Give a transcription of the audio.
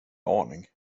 aning